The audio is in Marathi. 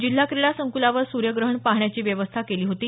जिल्हा क्रीडा संकुलावर सूर्यग्रहण पाहण्याची व्यवस्था केली होती